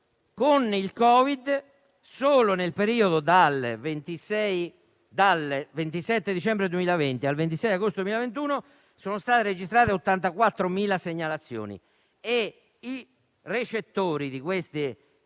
Con il Covid, solo nel periodo dal 27 dicembre 2020 al 26 agosto 2021, sono state registrate 84.000 segnalazioni e i recettori di queste segnalazioni